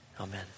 Amen